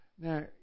Now